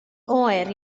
oer